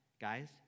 Guys